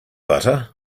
butter